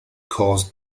caused